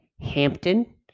Hampton